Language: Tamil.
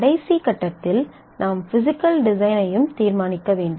கடைசி கட்டத்தில் நாம் பிஸிக்கல் டிசைனையும் தீர்மானிக்க வேண்டும்